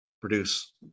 produce